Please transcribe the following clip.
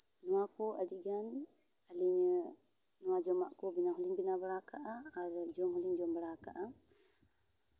ᱱᱚᱣᱟ ᱠᱚ ᱟᱹᱰᱤ ᱜᱟᱱ ᱟᱹᱞᱤᱧ ᱱᱚᱣᱟ ᱡᱚᱢᱟᱜ ᱠᱚ ᱵᱮᱱᱟᱣ ᱦᱚᱸ ᱞᱤᱧ ᱵᱮᱱᱟᱣ ᱵᱟᱲᱟ ᱟᱠᱟᱜᱼᱟ ᱟᱨ ᱡᱚᱢ ᱦᱚᱸ ᱞᱤᱧ ᱡᱚᱢ ᱵᱟᱲᱟ ᱟᱠᱟᱜᱼᱟ